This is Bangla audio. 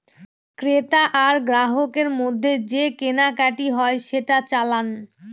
ক্রেতা আর গ্রাহকের মধ্যে যে কেনাকাটি হয় সেটা চালান